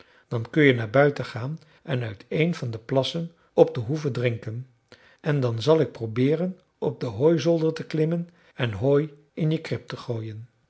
dan kun je naar buiten gaan en uit een van de plassen op de hoeve drinken en dan zal ik probeeren op den hooizolder te klimmen en hooi in je krib te gooien